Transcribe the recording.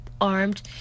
armed